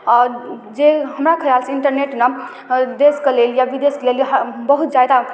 आओर जे हमरा ख्यालसँ इन्टरनेट नऽ देशके लेल या विदेशके लेल बहुत जादा